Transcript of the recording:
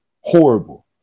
horrible